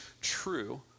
true